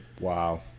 wow